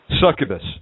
Succubus